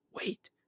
Wait